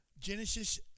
Genesis